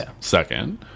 second